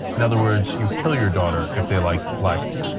in other words, you killed your daughter if they like black